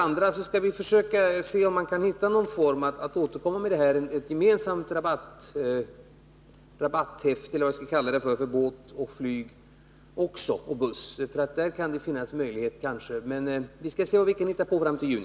Vi skall undersöka om det går att finna någon form av gemensamt rabatthäfte för båt, flyg och buss. Här kan det kanske finnas möjligheter att stimulera resandet i Norden. Vi skall se vad vi kan hitta på fram till juni.